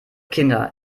kinder